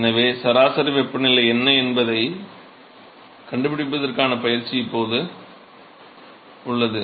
எனவே சராசரி வெப்பநிலை என்ன என்பதைக் கண்டுபிடிப்பதற்கான பயிற்சி இப்போது உள்ளது